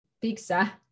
pizza